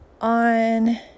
on